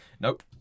Nope